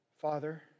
Father